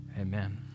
Amen